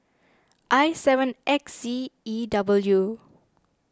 I seven X Z E W